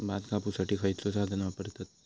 भात कापुसाठी खैयचो साधन वापरतत?